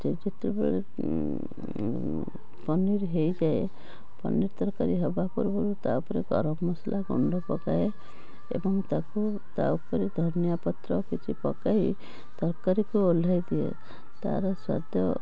ଯେତେବେଳେ ପନିର ହୋଇଯାଏ ପନିର ତରକାରୀ ହେବା ପୂର୍ବରୁ ତା' ଉପରେ ଗରମ ମସଲା ଗୁଣ୍ଡ ପକାଏ ଏବଂ ତାକୁ ତା' ଉପରେ ଧନିଆ ପତ୍ର କିଛି ପକାଇ ତରକାରୀକୁ ଓହ୍ଲାଇ ଦିଏ ତାର ସ୍ଵାଦ